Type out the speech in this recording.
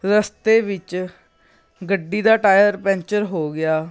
ਰਸਤੇ ਵਿੱਚ ਗੱਡੀ ਦਾ ਟਾਇਰ ਪੈਂਚਰ ਹੋ ਗਿਆ